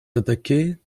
attaquer